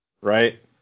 Right